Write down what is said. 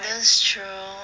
that's true